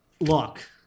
look